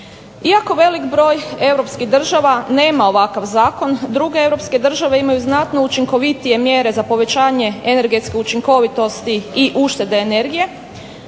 Iako velik broj europskih država nema ovakav zakon, druge europske države imaju znatno učinkovitije mjere za povećanje energetske učinkovitosti i uštede energije,